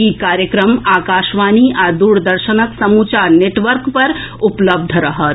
ई कार्यक्रम आकाशवाणी आ द्रदर्शनक समूचा नेटवर्क पर उपलब्ध रहत